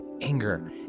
anger